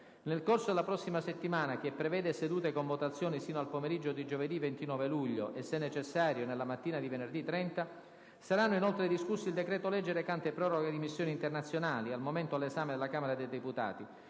Nel corso della prossima settimana, che prevede sedute con votazioni fino al pomeriggio di giovedì 29 luglio e, se necessario, nella mattina dì venerdì 30, saranno inoltre discussi il decreto-legge recante proroga di missioni internazionali, al momento all'esame della Camera dei deputati;